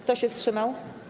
Kto się wstrzymał?